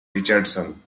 richardson